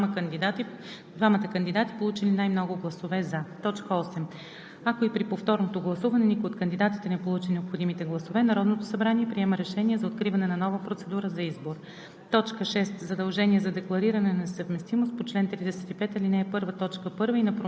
Когато никой от кандидатите не получи необходимите гласове, се провежда повторно гласуване, в което участват двамата кандидати, получили най-много гласове „за“. 8. Ако и при повторното гласуване никой от кандидатите не получи необходимите гласове, Народното събрание приема решение за откриване на нова процедура за избор.